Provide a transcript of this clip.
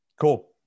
Cool